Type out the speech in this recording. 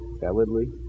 validly